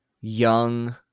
young